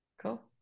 cool